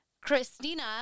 Christina